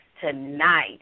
tonight